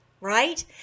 right